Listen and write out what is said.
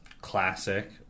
classic